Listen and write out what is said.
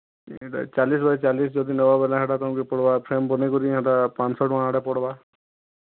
ସେଟା ଚାଲିଶ୍ ବାଏ ଚାଲିଶ୍ ଯଦି ନବା ବୋଲେ ହେଟା ତମ୍ କେ ପଡ଼ବା ଫ୍ରେମ୍ ବନାଇ କରି ହେଟା ପାଞ୍ଚଶହ ଟଙ୍କା ଆଡ଼େ ପଡ଼୍ବା